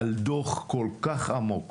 על דוח כל כך עמוק,